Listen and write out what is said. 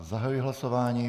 Zahajuji hlasování.